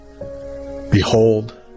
Behold